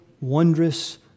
wondrous